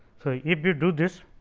so, if we do this